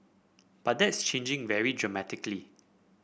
but that's changing very dramatically